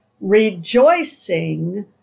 rejoicing